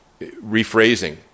rephrasing